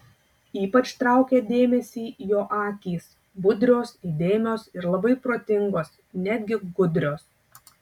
ypač traukė dėmesį jo akys budrios įdėmios ir labai protingos netgi gudrios